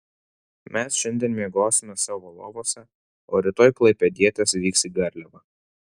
mes šiandien miegosime savo lovose o rytoj klaipėdietės vyks į garliavą